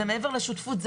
זה מעבר לשותפות.